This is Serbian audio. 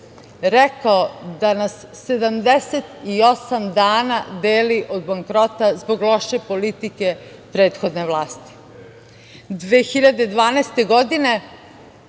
rekao da nas 78 dana deli od bankrotstva, zbog loše politike prethodne vlasti. Godine